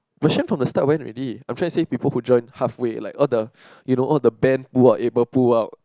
question from the start went already offensive people who join half way like all the you know all the band who are able pull out